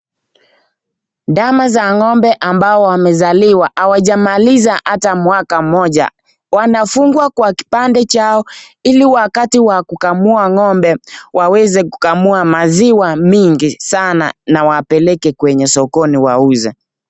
Ndama za ng'ombe ambao wamezaliwa. Hawajamaliza hata mwaka mmoja. Wanafungwa kwa kipande chao ili wakati wa kukamua ng'ombe waweze kukamua maziwa mingi sana na wapeleke kwenye sokoni wauze.